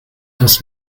das